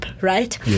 right